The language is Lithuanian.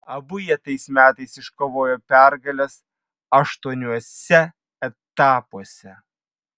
abu jie tais metais iškovojo pergales aštuoniuose etapuose